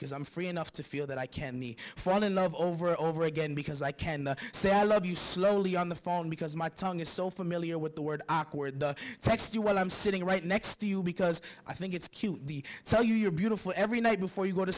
because i'm free enough to feel that i can me fall in love over and over again because i can say i love you slowly on the phone because my tongue is so familiar with the word awkward text while i'm sitting right next to you because i think it's cute the tell you you're beautiful every night before you go to